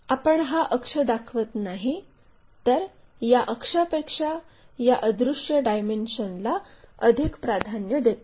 आपण हा अक्ष दाखवत नाही तर या अक्षापेक्षा या अदृश्य डायमेन्शनला अधिक प्राधान्य देतो